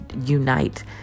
unite